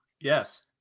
Yes